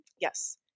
Yes